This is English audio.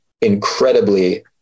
incredibly